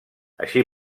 així